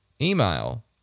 Email